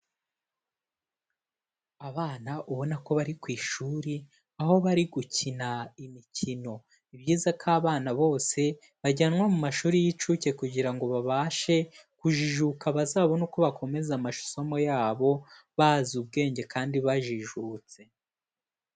Abana ubona ko bari ku ishuri, aho bari gukina imikino, ni byiza ko abana bose bajyanwa mu mashuri y'incuke kugira ngo babashe kujijuka bazabone uko bakomeza amasomo yabo bazi ubwenge kandi bajijutse.